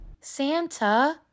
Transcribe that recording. Santa